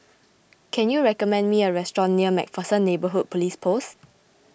can you recommend me a restaurant near MacPherson Neighbourhood Police Post